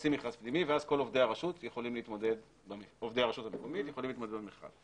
עושים מכרז פנימי ואז כל עובדי הרשות המקומית יכולים להתמודד במכרז.